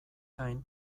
gain